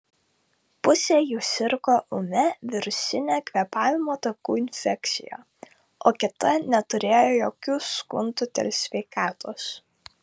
pusė jų sirgo ūmia virusine kvėpavimo takų infekcija o kita neturėjo jokių skundų dėl sveikatos